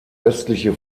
östliche